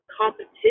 competition